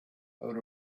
out